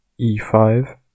E5